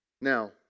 Now